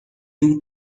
two